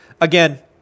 again